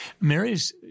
Mary's